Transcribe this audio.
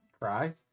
Cry